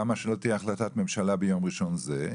למה שלא תהיה החלטת ממשלה ביום ראשון זה?